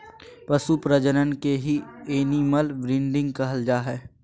पशु प्रजनन के ही एनिमल ब्रीडिंग कहल जा हय